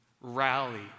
Rally